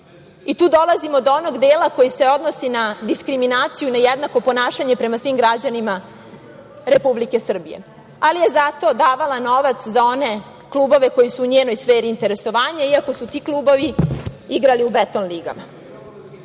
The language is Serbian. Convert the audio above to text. i tu dolazimo do onog dela koji se odnosi na diskriminaciju, na jednako ponašanje prema svim građanima Republike Srbije, ali je zato davala novac za one klubove koji su u njenoj sferi interesovanja, iako su ti klubovi igrali u beton ligama. Dalje,